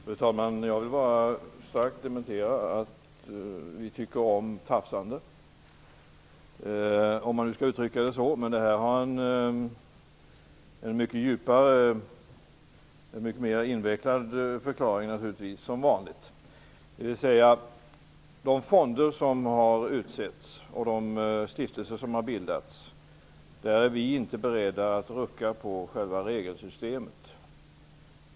Fru talman! Jag vill bara starkt dementera att vi tycker om tafsande, om man nu skall uttrycka det så. Det här har naturligtvis en mycket djupare och mycket mer invecklad förklaring, som vanligt. Vi är inte beredda att rucka på själva regelsystemet för de fonder som har utsetts och de stiftelser som har bildats.